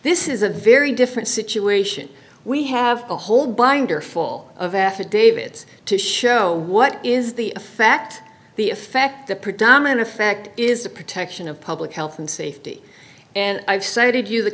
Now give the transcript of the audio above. this is a very different situation we have a whole binder full of affidavits to show what is the fact the effect the predominant effect is the protection of public health and safety and i've cited you the